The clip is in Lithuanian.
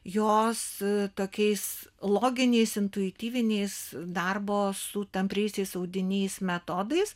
jos tokiais loginiais intuityviniais darbo su tampriaisiais audinys metodais